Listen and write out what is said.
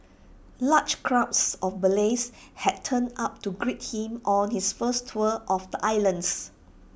large crowds of Malays had turned up to greet him on his first tour of the islands